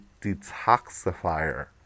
detoxifier